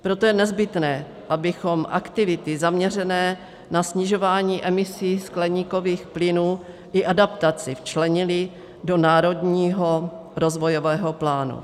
Proto je nezbytné, abychom aktivity zaměřené na snižování emisí skleníkových plynů i adaptaci včlenili do národního rozvojového plánu.